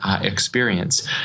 experience